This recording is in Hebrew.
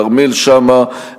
כרמל שאמה,